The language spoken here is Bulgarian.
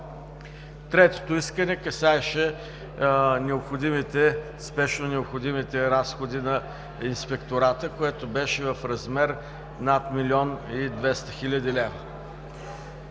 Третото искане касаеше спешно необходимите разходи на Инспектората, което беше в размер над милион и 200 хил. лв.